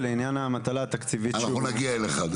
ולעניין המטלה התקציבית --- נגיע אליך.